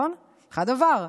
אחד עבר.